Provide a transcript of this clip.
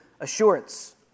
assurance